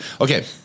Okay